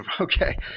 Okay